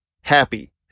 happy